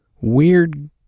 weird